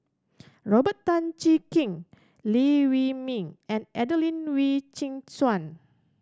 Robert Tan Jee Keng Liew Wee Mee and Adelene Wee Chin Suan